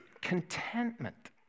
contentment